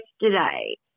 yesterday